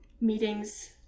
meetings